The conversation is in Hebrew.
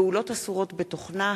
(פעולות אסורות בתוכנה,